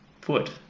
foot